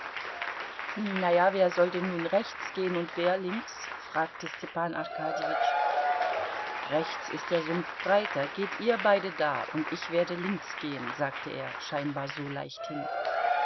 na ja wer soll denn nun rechts gehen und wer links fragte stepan arkadjewitsch rechts ist der sumpf breiter geht ihr beide da und ich werde links gehen sagte er scheinbar so leichthin